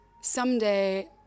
someday